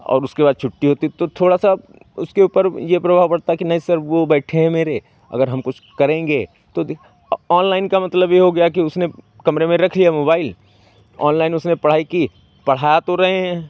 और उसके बाद छुट्टी होती तो थोड़ा सा उसके ऊपर ये प्रभाव पड़ता कि नहीं सर वो बैठे हैं मेरे अगर हम कुछ करेंगे तो देख ऑनलाइन का मतलब ये हो गया है कि उसने कमरे में रख लिया है मोबाइल ऑनलाइन उसने पढ़ाई की पढ़ा तो रहे हैं